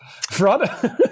Fraud